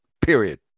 Period